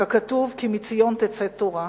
ככתוב "כי מציון תצא תורה".